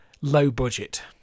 low-budget